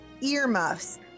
earmuffs